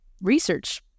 research